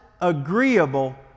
agreeable